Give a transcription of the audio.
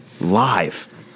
Live